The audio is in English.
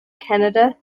canada